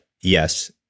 yes